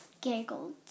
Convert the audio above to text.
giggled